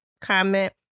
comment